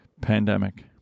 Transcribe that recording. pandemic